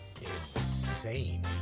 insane